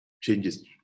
changes